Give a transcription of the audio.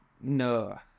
No